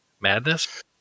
Madness